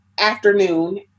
afternoon